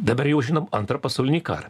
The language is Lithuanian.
dabar jau žinom antrą pasaulinį karą